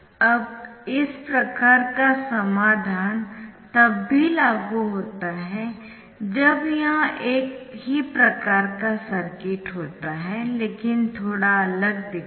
अब इस प्रकार का समाधान तब भी लागू होता है जब यह एक ही प्रकार का सर्किट होता है लेकिन थोड़ा अलग दिखता है